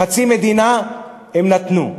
חצי מדינה הם נתנו.